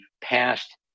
passed